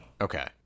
Okay